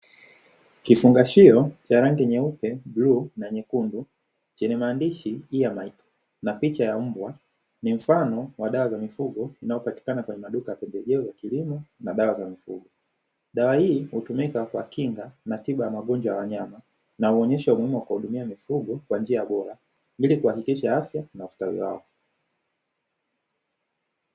Kifungashio cha rangi nyeupe, bluu na nyekundu, chenye maandishi "EAR MITE" na picha ya mbwa, ni mfano wa dawa za mifugo na inayopatikana kwenye maduka ya pembejeo za kilimo na dawa za mifugo. Dawa hii hutumika kwa kinga na tiba ya magonjwa ya wanyama na huonyeshe umuhimu wa kuwahudumia mifugo kwa njia bora ili kuhakikisha afya na ustawi wao.